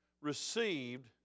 received